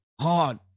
hard